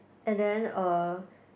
and then uh